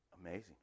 Amazing